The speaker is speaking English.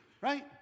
Right